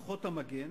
בכוחות המגן,